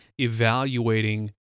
evaluating